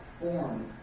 formed